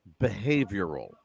behavioral